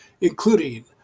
including